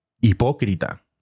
hipócrita